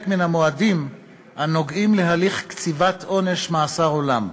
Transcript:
מן המועדים הנוגעים בהליך קציבת עונש מאסר עולם.